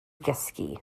gysgu